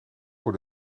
voor